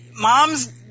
mom's